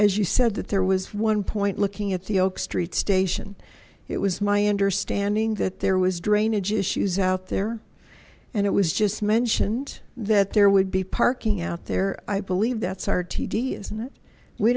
as you said that there was one point looking at the oak street station it was my understanding that there was drainage issues out there and it was just mentioned that there would be parking out there i believe that's r t d isn't it we